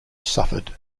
suffered